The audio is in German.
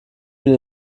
mir